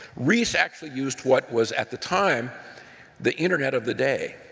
reese actually used what was at the time the internet of the day.